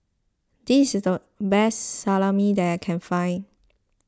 this is the best Salami that I can find